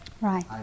Right